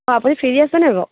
অঁ আপুনি ফ্ৰী আছে নাই বাৰু